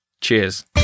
Cheers